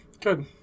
Good